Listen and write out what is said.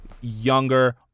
younger